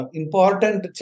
important